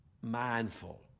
mindful